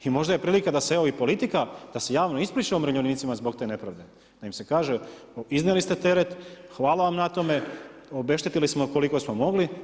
I možda je prilika da se evo i politika da se javno ispriča umirovljenicima zbog te nepravde, da im se kaže iznijeli ste teret, hvala vam na tome, obeštetili smo vas koliko smo mogli.